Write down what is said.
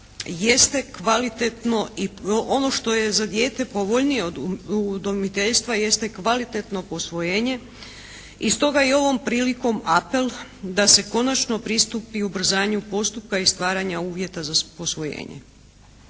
jeste kvalitetno i ono što je za dijete povoljnije od udomiteljstva jeste kvalitetno posvojenje. I stoga i ovom prilikom apel da se konačno pristupi ubrzanju postupka i stvaranja uvjeta za posvojenje.